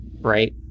right